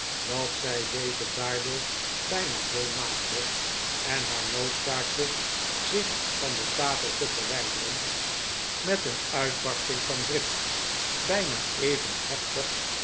dat zij deze daardoor bijna dol maakte en haar noodzaakte zich van de tafel te verwijderen met een uiteen netelige situatie barsting van drift bijna even heftig